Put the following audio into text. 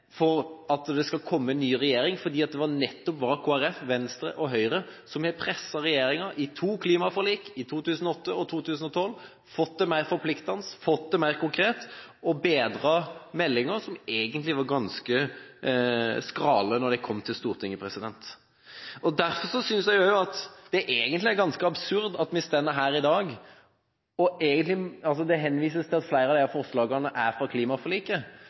for at det skal komme en ny regjering, for det er nettopp Kristelig Folkeparti, Venstre og Høyre som har presset regjeringen i to klimaforlik, i 2008 og i 2012, som har fått til mer konkrete forpliktelser, og som har bedret meldinger som var ganske skrale da de kom til Stortinget. Derfor synes jeg det er ganske absurd at vi står her dag. Det henvises til at flere av forslagene er fra klimaforliket,